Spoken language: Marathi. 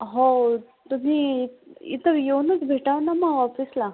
हो तुम्ही इथं येऊनच भेटा ना मग ऑपिसला